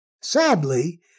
Sadly